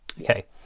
okay